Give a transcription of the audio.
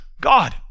God